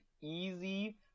easy